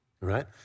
right